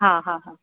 हा हा हा